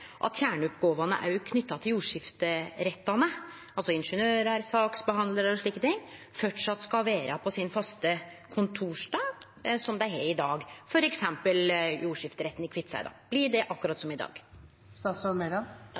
at òg kjerneoppgåvene knytte til jordskifterettane, altså ingeniørar, saksbehandlarar osv., framleis skal vere på sin faste kontorstad, som dei har i dag, f. eks. jordskifteretten i Kviteseid? Blir det akkurat som i dag?